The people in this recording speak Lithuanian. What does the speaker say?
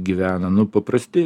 gyvena nu paprasti